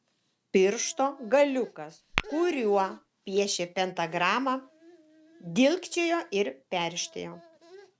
piršto galiukas kuriuo piešė pentagramą dilgčiojo ir perštėjo